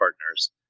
partners